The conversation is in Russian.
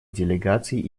делегацией